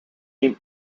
ihm